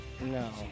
No